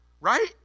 Right